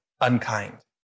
unkind